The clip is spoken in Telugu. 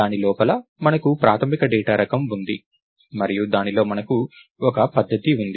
దాని లోపల మనకు ప్రాథమిక డేటా రకం ఉంది మరియు దానిలో మనకు ఒక పద్ధతి ఉంది